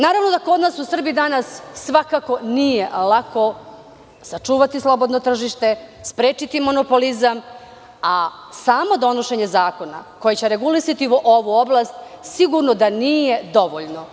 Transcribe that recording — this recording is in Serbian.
Naravno, kod nas u Srbiji nije lako sačuvati slobodno tržište, sprečiti monopolizam, a samo donošenje zakona koji će regulisati ovu oblast sigurno da nije dovoljno.